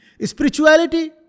Spirituality